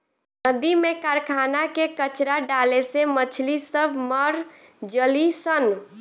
नदी में कारखाना के कचड़ा डाले से मछली सब मर जली सन